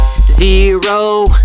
Zero